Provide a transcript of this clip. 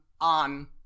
on